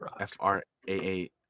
f-r-a-a